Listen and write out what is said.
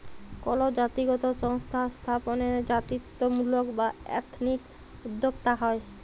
call জাতিগত সংস্থা স্থাপনে জাতিত্বমূলক বা এথনিক উদ্যক্তা হ্যয়